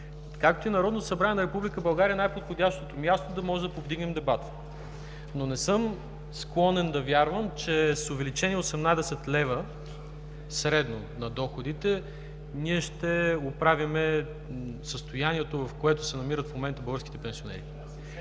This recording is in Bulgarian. както и Народното събрание на Република България е най-подходящото място да можем да повдигнем дебат. Не съм склонен да вярвам, че с увеличени 18 лв. средно на доходите, ние ще оправим състоянието, в което се намират в момента българските пенсионери.